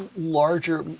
larger,